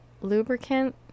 lubricant